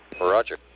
Roger